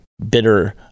bitter